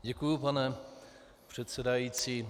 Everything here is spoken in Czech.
Děkuji, pane předsedající.